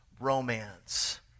romance